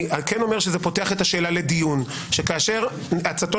אני כן אומר שזה פותח את השאלה לדיון שכאשר עצתו